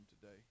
today